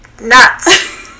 nuts